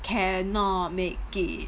cannot make it